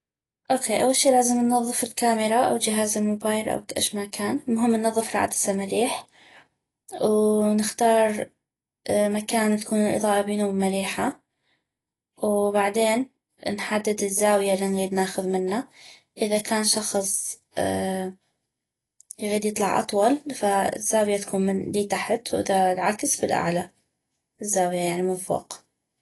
اوكي اول شي لازم ننظف الكاميرا او جهاز الموبايل او اش ما كان المهم ننظف العدسة مليح ونختار المكان تكون الإضاءة بينو مليحة وبعدين نحدد الزاوية النغيد ناخذ منا اذا كان شخص يغيد يطلع اطول الزاوية تكون من <> لي تحت واذا العكس بالأعلى الزاوية يعني من فوق